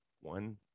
one